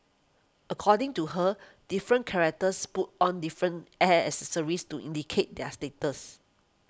according to her different characters put on different hairs accessories to indicate their status